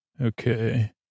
Okay